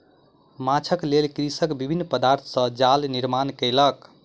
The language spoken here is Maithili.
माँछक लेल कृषक विभिन्न पदार्थ सॅ जाल निर्माण कयलक